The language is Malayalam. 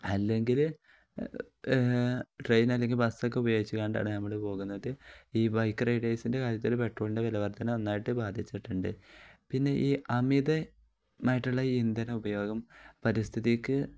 അല്ലെങ്കിൽ ട്രെയിൻ അല്ലെങ്കിൽ ബസ്സൊക്കെ ഉപയോഗിച്ചു കൊണ്ടാണ് നമ്മൾ പോകുന്നത് ഈ ബൈക്ക് റൈഡേഴ്സിൻ്റെ കാര്യത്തിൽ പെട്രോളിൻ്റെ വിലവർധന നന്നായിട്ട് ബാധിച്ചിട്ടുണ്ട് പിന്നെ ഈ അമിതമായിട്ടുള്ള ഈ ഇന്ധന ഉപയോഗം പരിസ്ഥിതിക്ക്